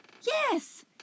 Yes